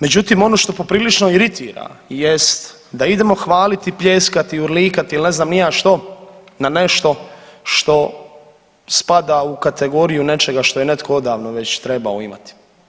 Međutim, ono što poprilično iritira jest da idemo hvaliti, pljeskat i urlikati ili ne znam ni ja što na nešto što spada u kategoriju nečega što je netko odavno već trebao imati.